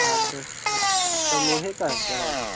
आठ दस ठो सब लोहे का है दरवाज़ा